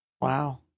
Wow